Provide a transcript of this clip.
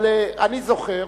אבל אני זוכר: